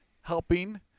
helping